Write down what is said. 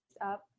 up